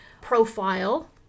profile